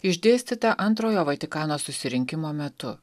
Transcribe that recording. išdėstytą antrojo vatikano susirinkimo metu